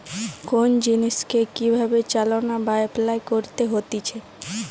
কোন জিনিসকে কি ভাবে চালনা বা এপলাই করতে হতিছে